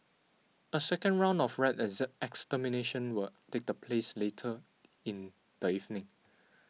a second round of rat exert extermination will take the place later in the evening